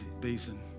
basin